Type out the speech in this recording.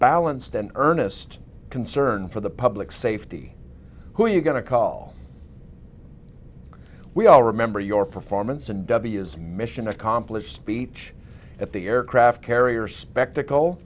balanced and earnest concern for the public safety who you're going to call we all remember your performance and w s mission accomplished speech at the aircraft carrier spectacle